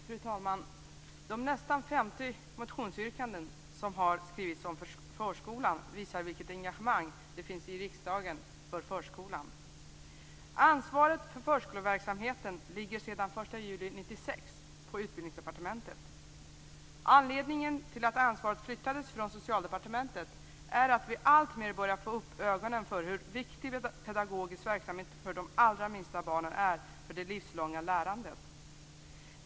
Fru talman! De närmare 50 motionsyrkanden som har skrivits om förskolan visar vilket engagemang det finns i riksdagen för förskolan. Ansvaret för förskoleverksamheten ligger sedan den 1 juli 1996 på Utbildningsdepartementet. Anledningen till att ansvaret flyttades från Socialdepartementet är att vi alltmer börjar att få upp ögonen för hur viktig pedagogisk verksamhet för de allra minsta barnen är för det livslånga lärandet.